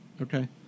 Okay